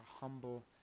humble